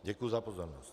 Děkuji za pozornost.